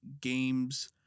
games